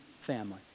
family